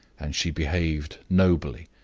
and she behaved nobly.